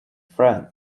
friend